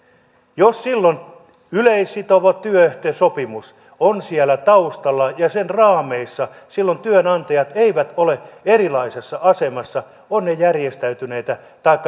jos silloin yleissitova työehtosopimus on siellä taustalla ja sen raameissa silloin työnantajat eivät ole erilaisessa asemassa ovat ne järjestäytyneitä taikka järjestäytymättömiä